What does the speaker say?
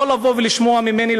לא לבוא ולשמוע ממני,